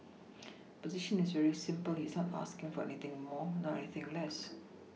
position is very simple he is not asking for anything more not anything less